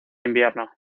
invierno